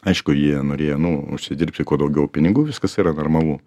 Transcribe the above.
aišku jie norėjo nu užsidirbti kuo daugiau pinigų viskas yra normalu